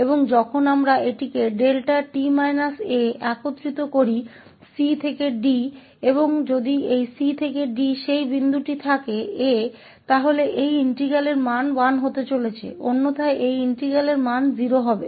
और जब हम इस 𝛿𝑡 − 𝑎 को कुछ अंतराल 𝑐 से 𝑑 में इंटेग्रटिंग करते हैं और यदि इस 𝑐 से 𝑑 में वह बिंदु a होता है तो इस समाकल का मान 1 होगा अन्यथा इस समाकल का मान 0 होगा